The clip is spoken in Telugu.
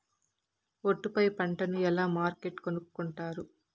ఒట్టు పై పంటను ఎలా మార్కెట్ కొనుక్కొంటారు?